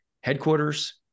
headquarters